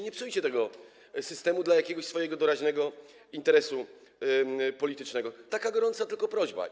Nie psujcie tego systemu dla jakiegoś swojego doraźnego interesu politycznego - taka gorąca prośba.